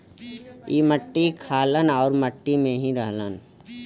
ई मट्टी खालन आउर मट्टी में ही रहलन